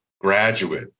graduate